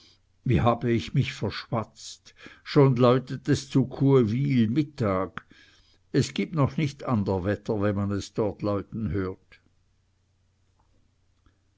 wie habe ich mich verschwatzt schon läutet es zu kuhwyl mittag es gibt noch nicht ander wetter wenn man es dort läuten hört